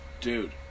Dude